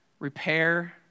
Repair